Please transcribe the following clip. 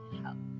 help